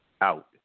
Out